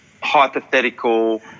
hypothetical